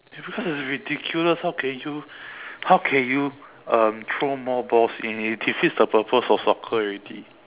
ya because it's ridiculous how can you how can you um throw more balls in it defeats the purpose of soccer already